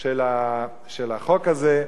של החוק הזה.